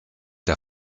der